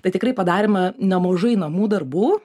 bet tikrai padarėme nemažai namų darbų